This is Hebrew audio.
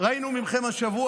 ראינו מכם השבוע,